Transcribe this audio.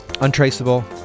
untraceable